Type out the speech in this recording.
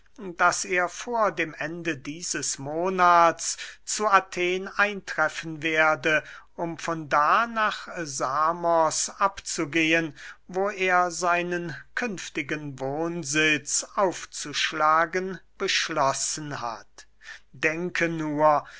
daß er vor dem ende dieses monats zu athen eintreffen werde um von da nach samos abzugehen wo er seinen künftigen wohnsitz aufzuschlagen beschlossen hat denke nur